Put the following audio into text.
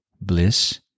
bliss